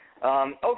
Okay